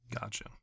Gotcha